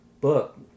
book